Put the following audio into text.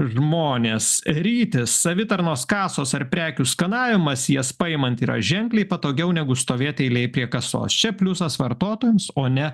žmonės rytis savitarnos kasos ar prekių skanavimas jas paimant yra ženkliai patogiau negu stovėti eilėj prie kasos čia pliusas vartotojams o ne